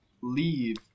leave